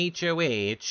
HOH